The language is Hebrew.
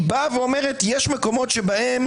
היא אומרת: יש מקומות שבהם